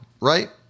right